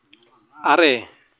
ᱟᱨᱮ